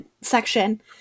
section